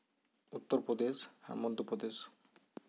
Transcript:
Uttar Pradesh ᱟᱨ Madhya Pradesh